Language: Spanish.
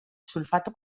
sulfato